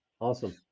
Awesome